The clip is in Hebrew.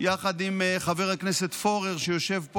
יחד עם חבר הכנסת פורר, שיושב פה.